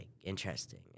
interesting